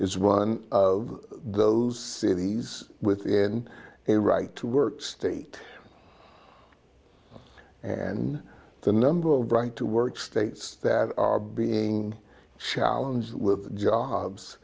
is one of those cities within a right to work state and the number of right to work states that are being challenged with